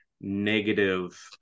negative